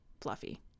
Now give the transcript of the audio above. fluffy